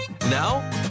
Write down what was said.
Now